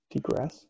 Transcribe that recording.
Degress